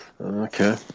okay